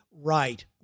right